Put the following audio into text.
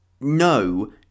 no